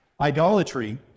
Idolatry